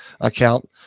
account